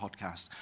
podcast